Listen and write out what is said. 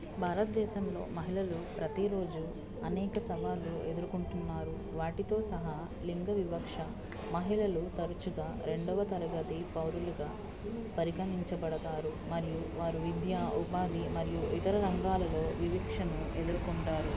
భారతదేశంలో మహిళలు ప్రతిరోజు అనేక సవాళ్ళు ఎదురుకొంటున్నారు వాటితో సహా లింగ వివక్ష మహిళలు తరచుగా రెండవ తరగతి పౌరులుగా పరిగణించబడతారు మరియు వారు విద్యా ఉపాధి మరియు ఇతర రంగాలలో వివిక్షను ఎదురుకొంటారు